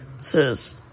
says